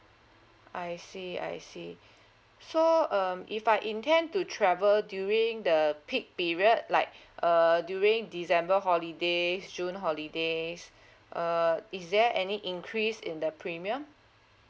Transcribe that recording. I see I see so um if I intend to travel during the peak period like err during december holidays june holidays uh is there any increase in the premium